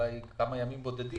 אולי כמה ימים בודדים.